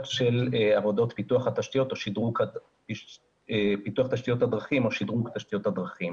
של עבודות פיתוח התשתיות הדרכים או שדרוג תשתיות הדרכים.